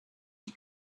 she